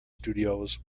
studios